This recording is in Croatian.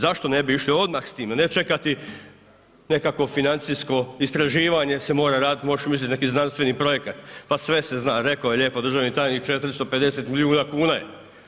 Zašto ne bi išli odmah s tim, a ne čekati nekakvo financijsko istraživanje se mora radit, možeš mislit, neki znanstveni projekat, pa sve se zna, rekao je lijepo državni tajnik 450 milijuna kuna je.